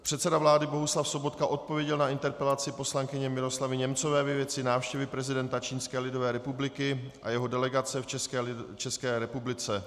Předseda vlády Bohuslav Sobotka odpověděl na interpelaci poslankyně Miroslavy Němcové ve věci návštěvy prezidenta Čínské lidové republiky a jeho delegace v České republice.